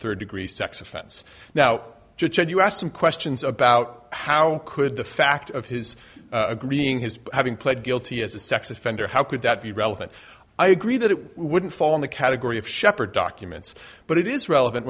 third degree sex offense now just said you asked some questions about how could the fact of his agreeing his having pled guilty as a sex offender how could that be relevant i agree that it wouldn't fall in the category of shepard documents but it is relevant